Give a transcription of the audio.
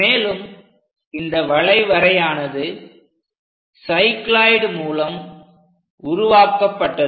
மேலும் இந்த வளைவரையானது சைக்ளோயிட் மூலம் உருவாக்கப்பட்டது